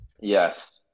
Yes